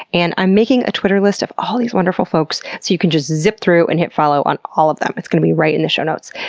and i'm making a twitter list of all these wonderful folks so you can just zip through and hit follow on all of them. it's going to be right in the show notes.